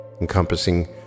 encompassing